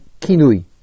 kinui